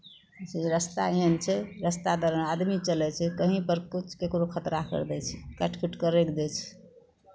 रस्ता एहन छै रस्तापर आदमी चलै छै कहीँपर किछु ककरो खतरा करि दै छै काटि कूटि कऽ राखि दै छै